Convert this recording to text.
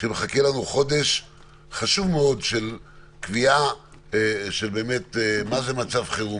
כשמחכה לנו חודש חשוב מאוד של קביעה מה זה מצב חירום,